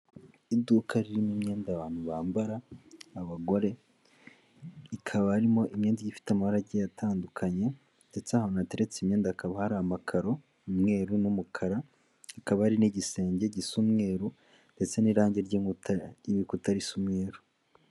Iduka ririmo imyenda abantu bambara; abagore ikaba arimo imyenda ifite amarange atandukanye ndetse ahantu hateretse imyenda hakaba hari amakaro y' umweru n'umukara, hakaba hari n'igisenge gisa n'umweru ndetse n'irangi ry'ibikuta risa n' umweru.